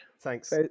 Thanks